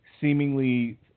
seemingly